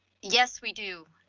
yes we do.